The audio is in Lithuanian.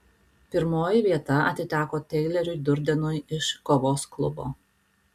pirmoji vieta atiteko taileriui durdenui iš kovos klubo